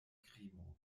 krimo